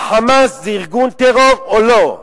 ה"חמאס" זה ארגון טרור או לא?